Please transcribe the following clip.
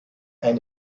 ein